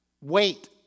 Wait